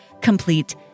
complete